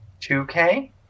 2K